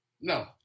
no